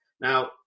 Now